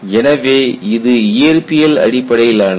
எனவே இது இயற்பியல் அடிப்படையிலானது